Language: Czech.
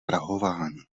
prahování